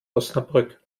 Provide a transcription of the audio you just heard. osnabrück